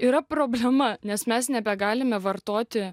yra problema nes mes nebegalime vartoti